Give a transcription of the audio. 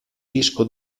disco